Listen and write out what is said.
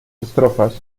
estrofas